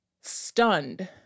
stunned